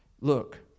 look